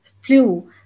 flu